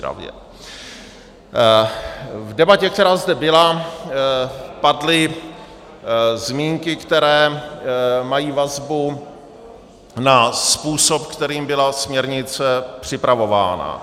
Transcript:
V debatě, která zde byla, padly zmínky, které mají vazbu na způsob, kterým byla směrnice připravována.